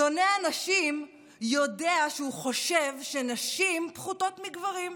שונא הנשים יודע שהוא חושב שנשים פחותות מגברים,